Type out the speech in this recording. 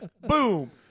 Boom